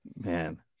Man